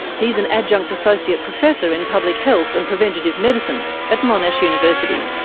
he's an adjunct associate professor in public health and preventative medicine at monash university.